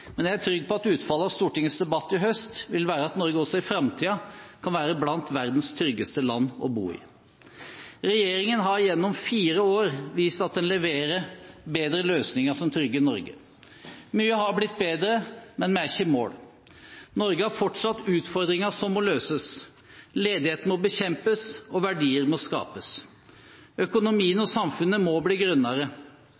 Men jeg er trygg på at utfallet av Stortingets debatt i høst vil være at Norge også i framtiden kan være blant verdens tryggeste land å bo i. Regjeringen har gjennom tre år vist at den leverer bedre løsninger som trygger Norge. Mye har blitt bedre, men vi er ikke i mål. Norge har fortsatt utfordringer som må løses. Ledigheten må bekjempes, og verdier må skapes. Økonomien